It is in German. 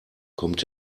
kommt